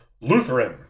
Lutheran